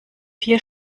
vier